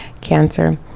Cancer